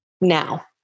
now